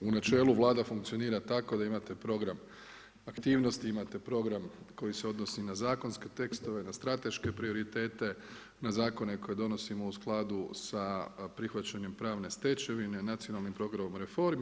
U načelu Vlada funkcionira tako da imate program aktivnosti, imate program koji se odnosi na zakonske tekstove, na strateške prioritete, na zakone koje donosimo u skladu sa prihvaćanjem pravne stečevine, nacionalnim programom reformi.